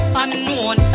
unknown